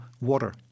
water